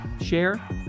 share